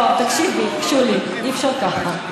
לא, תקשיבי, שולי, אי-אפשר ככה.